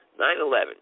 9/11